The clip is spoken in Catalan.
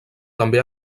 també